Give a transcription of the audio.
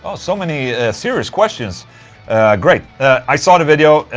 ah so many serious questions great. i saw the video.